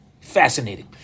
Fascinating